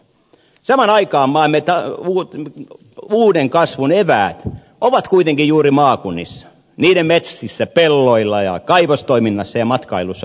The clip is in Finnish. samaan aikaan maamme uuden kasvun eväät ovat kuitenkin juuri maakunnissa niiden metsissä pelloilla ja kaivostoiminnassa ja matkailussa muun muassa